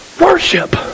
worship